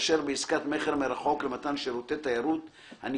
יש כרטיסי טיסה שנמכרים גם בהפסד, זה